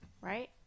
right